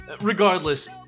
Regardless